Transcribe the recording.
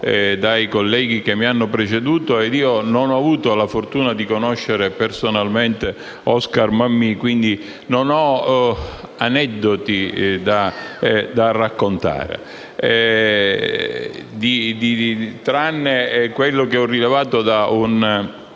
dai colleghi che mi hanno preceduto. Non ho avuto la fortuna di conoscere personalmente Oscar Mammì, quindi non ho aneddoti da raccontare, tranne uno che ho rilevato